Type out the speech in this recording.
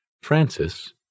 Francis